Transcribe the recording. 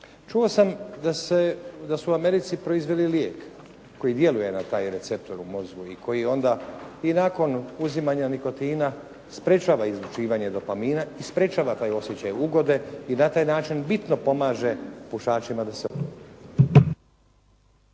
Čuo sam da su u Americi proizveli lijek koji djeluje na taj receptor u mozgu i koji onda i nakon uzimanja nikotina sprječava izlučivanje dopamina i sprječava taj osjećaj ugode i na taj način bitno pomaže pušačima da se …